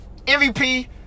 MVP